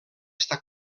està